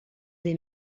des